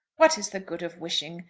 what is the good of wishing?